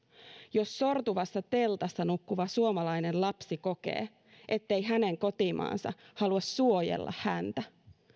jos sortuvassa teltassa nukkuva suomalainen lapsi kokee ettei hänen kotimaansa halua suojella häntä